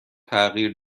تغییر